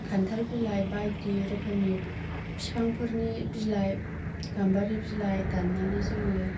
खान्थाल बिलाइ बायदि रोखोमनि बिफांफोरनि बिलाइ गामबारि बिलाइ दाननानै जोङो